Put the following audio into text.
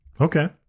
Okay